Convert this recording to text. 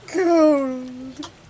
cold